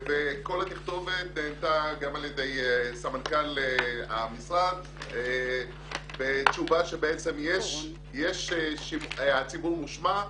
כל התכתובת נענתה גם על ידי סמנכ"ל המשרד בתשובה שבעצם הציבור מושמע,